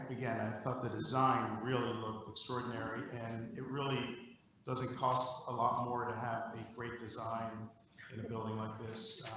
began thought the design really look extraordinary. and it really doesn't cost a lot lot more to have a great design and a building like this.